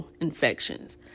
infections